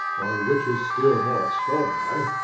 or, which is still more extraordinary,